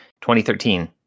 2013